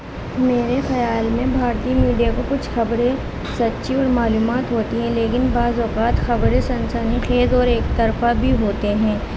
میرے خیال میں بھارتیہ میڈیا کو کچھ خبریں سچی اور معلومات ہوتی ہیں لیکن بعض اوقات خبریں سنسنی خیز اور ایک طرفہ بھی ہوتے ہیں